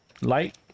light